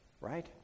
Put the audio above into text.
right